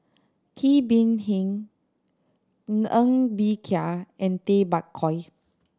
Kee Bee Khim Ng Bee Kia and Tay Bak Koi